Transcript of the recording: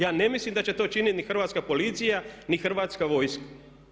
Ja ne mislim da će to činiti ni Hrvatska policija ni Hrvatska vojska.